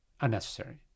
unnecessary